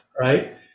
right